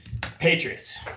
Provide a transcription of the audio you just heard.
Patriots